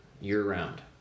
year-round